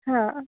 हां